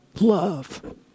love